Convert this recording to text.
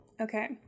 Okay